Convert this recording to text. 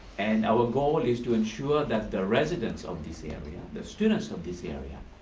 and our goal is to ensure that the residents of this area, the students of this area,